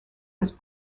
was